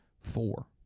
four